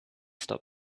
stop